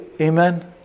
Amen